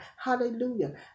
Hallelujah